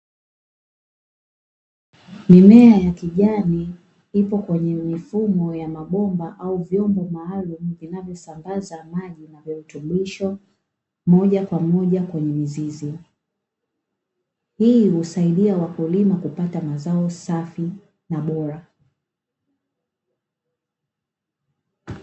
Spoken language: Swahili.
Mimea ya kijani ipo kwenye mifumo ya mabomba au vyombo maalumu vinavyosambaza maji na virutubisho moja kwa moja kwenye mizizi. Hii husaidia wakulima kupata mazao safi na bora.